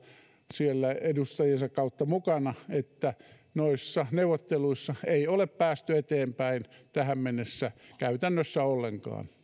siellä edustajiensa kautta mukana että noissa neuvotteluissa ei ole päästy eteenpäin tähän mennessä käytännössä ollenkaan